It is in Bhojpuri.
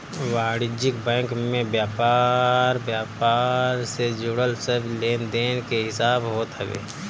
वाणिज्यिक बैंक में व्यापार व्यापार से जुड़ल सब लेनदेन के हिसाब होत हवे